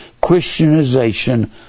christianization